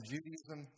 Judaism